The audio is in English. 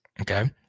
Okay